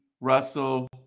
Russell